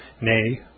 nay